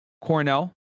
Cornell